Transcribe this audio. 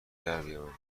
دربیاورید